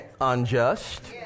unjust